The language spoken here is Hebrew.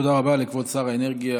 תודה רבה לכבוד שר האנרגיה